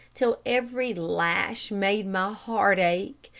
till every lash made my heart ache,